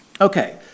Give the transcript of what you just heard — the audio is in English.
Okay